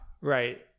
right